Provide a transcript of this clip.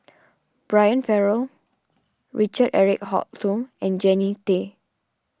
Brian Farrell Richard Eric Holttum and Jannie Tay